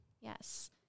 Yes